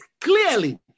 clearly